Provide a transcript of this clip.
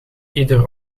iedere